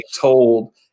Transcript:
told